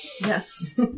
Yes